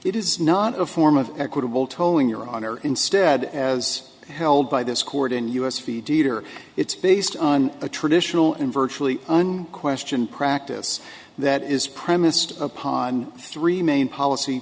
it is not a form of equitable tolling your honor instead as held by this court in us feeder it's based on a traditional and virtually unquestioned practice that is premised upon three main policy